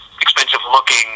expensive-looking